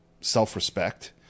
self-respect